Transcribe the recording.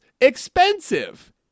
expensive